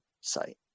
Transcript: site